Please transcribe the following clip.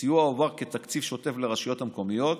הסיוע הועבר כתקציב שוטף לרשויות המקומיות,